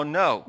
no